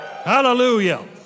Hallelujah